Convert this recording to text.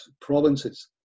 provinces